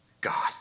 God